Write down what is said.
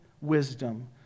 wisdom